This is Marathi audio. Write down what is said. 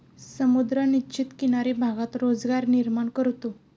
समुद्र निश्चित किनारी भागात रोजगार निर्माण करतो